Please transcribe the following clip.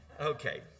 Okay